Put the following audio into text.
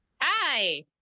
Hi